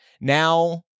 Now